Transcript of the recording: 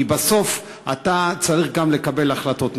כי בסוף אתה צריך גם לקבל החלטות נאותות.